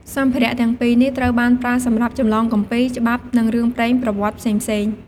សម្ភារៈទាំងពីរនេះ ត្រូវបានប្រើសម្រាប់ចម្លងគម្ពីរ ច្បាប់ និងរឿងព្រេងប្រវត្តិផ្សេងៗ។